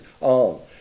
on